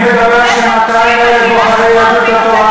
אני מדבר בשם 200,000 בוחרי יהדות התורה